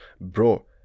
bro